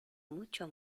mucho